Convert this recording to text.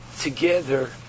together